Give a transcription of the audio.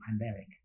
pandemic